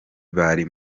bari